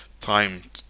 time